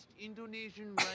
Indonesian